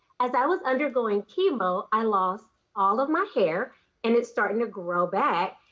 as i was undergoing chemo i lost all of my hair and it starting to grow back.